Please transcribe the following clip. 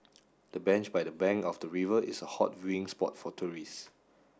the bench by the bank of the river is a hot viewing spot for tourists